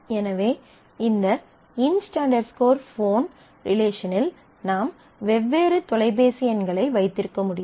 எனவே இந்த இன்ஸ்ட் ஃபோன் inst phone ரிலேஷனில் நாம் வெவ்வேறு தொலைபேசி எண்களை வைத்திருக்க முடியும்